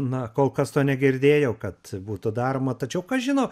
na kol kas to negirdėjau kad būtų daroma tačiau kas žino